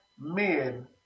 men